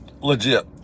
legit